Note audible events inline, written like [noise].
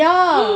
[noise]